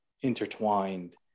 intertwined